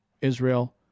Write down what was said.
Israel